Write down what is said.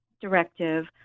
directive